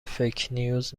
فیکنیوز